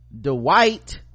Dwight